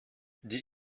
die